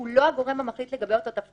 שהוא לא הגורם המחליט לגבי אותו תפקיד.